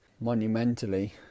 monumentally